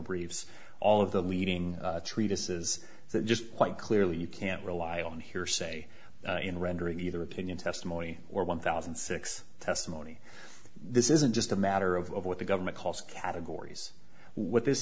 briefs all of the leading treatises that just quite clearly you can't rely on hearsay in rendering either opinion testimony or one thousand and six testimony this isn't just a matter of what the government calls categories what this